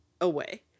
away